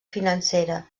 financera